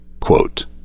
quote